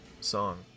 song